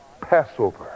Passover